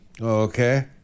Okay